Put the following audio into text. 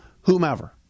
whomever